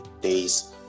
days